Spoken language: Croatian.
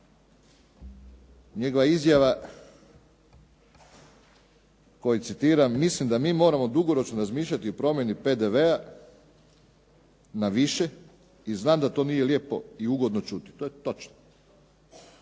Njegova izjava koju citiram, mislim da mi moramo dugoročno razmišljati o promjeni PDV-a na više i znam da to nije lijepo i ugodno točno. To je točno.